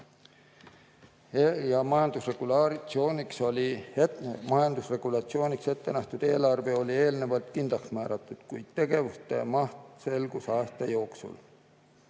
Majandusregulatsiooniks ette nähtud eelarve oli eelnevalt kindlaks määratud, kuid tegevuste maht selgus aasta jooksul.